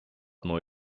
neu